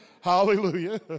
Hallelujah